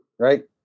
right